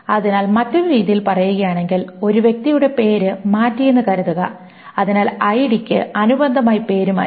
അതിനാൽ മറ്റൊരു രീതിയിൽ പറയുകയാണെങ്കിൽ ഒരു വ്യക്തിയുടെ പേര് മാറ്റിയെന്ന് കരുതുക അതിനാൽ ഐഡിക്ക് അനുബന്ധമായി പേര് മാറ്റി